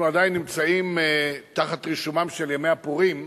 אנחנו עדיין נמצאים תחת רישומם של ימי הפורים.